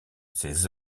ses